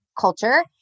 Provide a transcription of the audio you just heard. culture